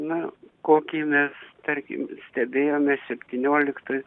na kokį mes tarkim stebėjome septynioliktais